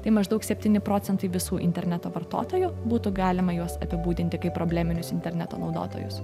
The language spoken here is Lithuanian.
tai maždaug septyni procentai visų interneto vartotojų būtų galima juos apibūdinti kaip probleminis interneto naudotojus